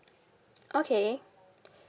okay